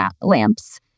lamps